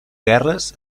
guerres